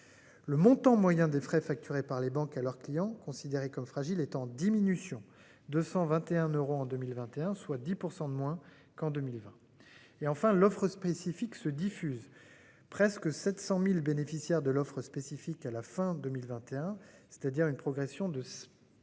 Le montant moyen des frais facturés par les banques à leurs clients considérés comme fragiles est en diminution, 221 euros en 2021, soit 10% de moins qu'en 2020 et enfin l'offre spécifique se diffuse presque 700.000 bénéficiaires de l'offre spécifique à la fin 2021, c'est-à-dire une progression de.